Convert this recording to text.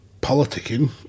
politicking